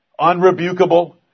unrebukable